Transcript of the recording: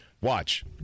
watch